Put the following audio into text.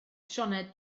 sioned